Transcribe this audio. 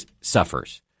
suffers